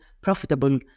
profitable